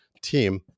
team